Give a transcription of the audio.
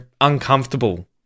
uncomfortable